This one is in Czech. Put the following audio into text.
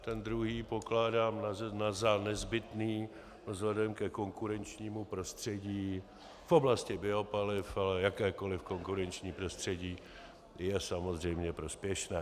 Ten druhý pokládám za nezbytný vzhledem ke konkurenčnímu prostředí v oblasti biopaliv, ale jakékoliv konkurenční prostředí je samozřejmě prospěšné.